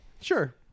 sure